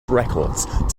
records